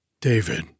David